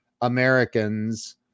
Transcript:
Americans